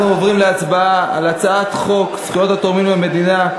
אנחנו עוברים להצבעה על הצעת חוק זכויות התורמים למדינה,